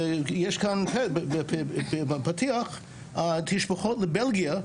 ויש כאן בפתיח תשבחות לבלגיה.